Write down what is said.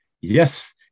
Yes